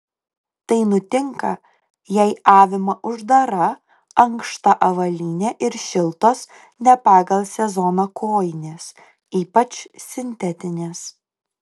tai nutinka jei avima uždara ankšta avalynė ir šiltos ne pagal sezoną kojinės ypač sintetinės